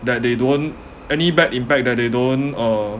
that they don't any bad impact that they don't uh